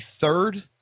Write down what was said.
third